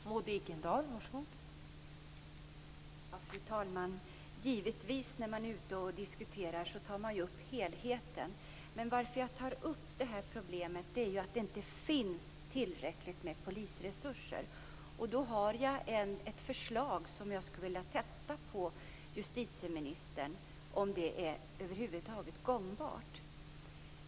Fru talman! Helheten tas givetvis upp vid en diskussion. Jag har tagit upp detta problem eftersom det inte finns tillräckligt med polisresurser. Jag har ett förslag, justitieministern, som jag vill testa om det över huvud taget är gångbart.